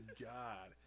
god